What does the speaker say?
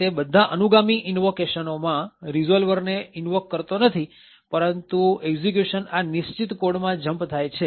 આ રીતે બધા અનુગામી ઇન્વોક ેશનો માં રીઝોલ્વર ને ઇન્વોક કરાતો નથી પરંતુ એક્ષિક્યુશન આ નિશ્ચિત કોડમાં jump થાય છે